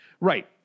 Right